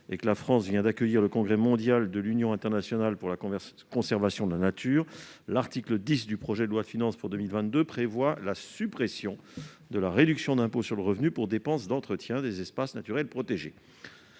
et que la France vient d'accueillir le Congrès mondial de la nature de l'Union internationale pour la conservation de la nature (UICN), l'article 10 du projet de loi de finances pour 2022 prévoit la suppression de la réduction d'impôt sur le revenu pour dépenses d'entretien des espaces naturels protégés.